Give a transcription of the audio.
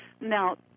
Now